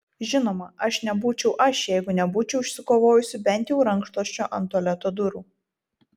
žinoma aš nebūčiau aš jeigu nebūčiau išsikovojusi bent jau rankšluosčio ant tualeto durų